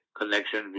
connection